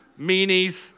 Meanies